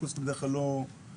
פיקוס בדרך כלל לא מתמוטט.